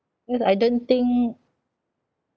cause I don't think